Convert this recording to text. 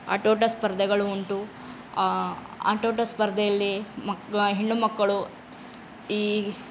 ಆಟೋಟ ಸ್ಪರ್ಧೆಗಳು ಉಂಟು ಆಟೋಟ ಸ್ಪರ್ಧೆಯಲ್ಲಿ ಮಕ್ ಹೆಣ್ಣು ಮಕ್ಕಳು ಈ